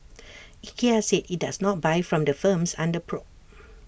Ikea said IT does not buy from the firms under probe